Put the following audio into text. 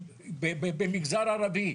במגזר ערבי,